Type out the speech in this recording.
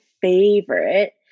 favorite